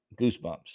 goosebumps